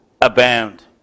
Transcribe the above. abound